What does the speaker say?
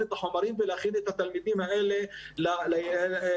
את החומרים ולהכין את התלמידים האלה לבחינות.